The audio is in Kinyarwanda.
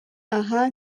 aha